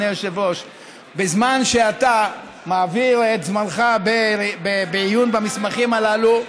בזמן שאתה מעביר את זמנך בעיון במסמכים הללו,